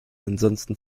ansonsten